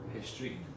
history